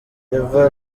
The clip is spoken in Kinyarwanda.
eva